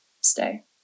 stay